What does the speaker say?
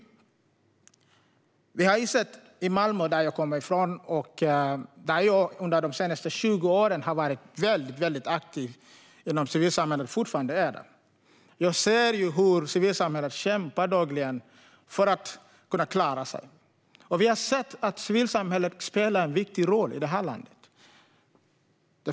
Jag kommer från Malmö, där jag under de senaste 20 åren har varit väldigt aktiv inom civilsamhället och fortfarande är det. Jag ser hur civilsamhället dagligen kämpar för att kunna klara sig. Vi har sett att civilsamhället spelar en viktig roll i det här landet.